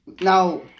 Now